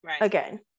again